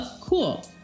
cool